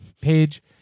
page